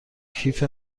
کیف